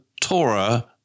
Torah